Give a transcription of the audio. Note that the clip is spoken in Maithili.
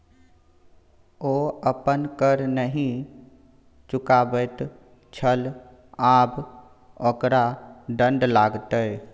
ओ अपन कर नहि चुकाबैत छल आब ओकरा दण्ड लागतै